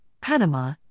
Panama